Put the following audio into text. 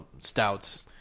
stouts